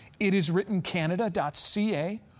itiswrittencanada.ca